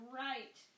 right